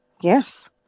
Yes